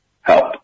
help